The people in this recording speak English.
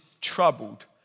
troubled